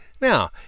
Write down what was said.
Now